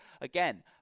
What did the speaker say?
again